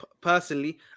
personally